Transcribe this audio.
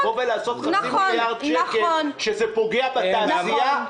לבוא --- חצי מיליארד שקל שזה פוגע בתעשייה,